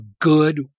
good